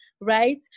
right